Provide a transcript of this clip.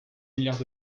milliards